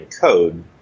code